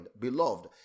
Beloved